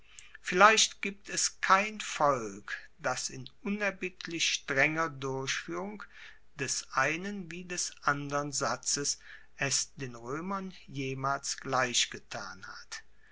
vielleicht gibt es kein volk das in unerbittlich strenger durchfuehrung des einen wie des andern satzes es den roemern jemals gleichgetan hat